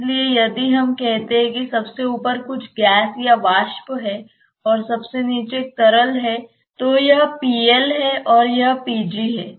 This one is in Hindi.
इसलिए यदि हम कहते हैं कि सबसे ऊपर कुछ गैस या वाष्प है और सबसे नीचे एक तरल है तो यह Pl है और यह Pg है